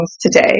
today